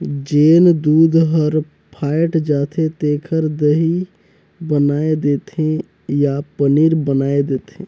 जेन दूद हर फ़ायट जाथे तेखर दही बनाय देथे या पनीर बनाय देथे